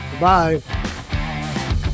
Bye